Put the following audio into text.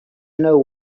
know